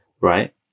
Right